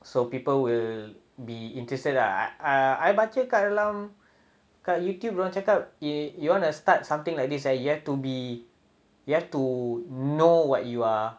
so people will be interested lah I I I baca dekat dalam dekat youtube dia orang cakap if you want to start something like this ah you have to be you have to know what you are